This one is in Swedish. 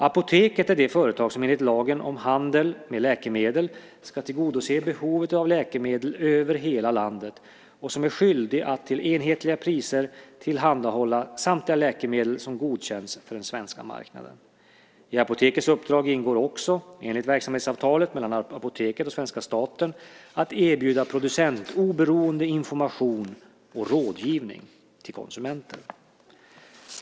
Apoteket är det företag som enligt lagen om handel med läkemedel ska tillgodose behovet av läkemedel över hela landet och som är skyldigt att till enhetliga priser tillhandahålla samtliga läkemedel som godkänts för den svenska marknaden. I Apotekets uppdrag ingår också, enligt verksamhetsavtalet mellan Apoteket och svenska staten, att erbjuda producentoberoende information och rådgivning till konsumenter.